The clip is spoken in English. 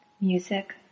Music